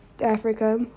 Africa